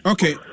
Okay